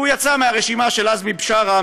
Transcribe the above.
והוא יצא מהרשימה של עזמי בשארה,